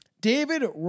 David